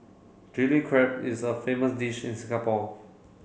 Chilli Crab is a famous dish in Singapore